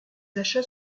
achats